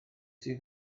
sydd